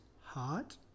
hot